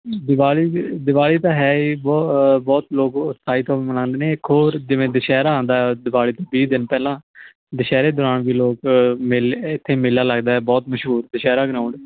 ਦਿਵਾਲੀ ਦਿਵਾਲੀ ਤਾਂ ਹੈ ਹੀ ਬਹੁ ਬਹੁਤ ਲੋਕ ਐਕਸਾਈਟ ਹੋ ਮਨਾਉਂਦੇ ਨੇ ਇੱਕ ਹੋਰ ਜਿਵੇਂ ਦੁਸਹਿਰਾ ਆਉਂਦਾ ਦਿਵਾਲੀ ਤੋਂ ਵੀਹ ਦਿਨ ਪਹਿਲਾਂ ਦੁਸਹਿਰੇ ਦੌਰਾਨ ਵੀ ਲੋਕ ਮੇਲੇ ਇੱਥੇ ਮੇਲਾ ਲੱਗਦਾ ਬਹੁਤ ਮਸ਼ਹੂਰ ਦੁਸਹਿਰਾ ਗਰਾਊਂਡ